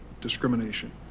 discrimination